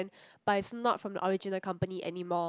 but is not from the original company anymore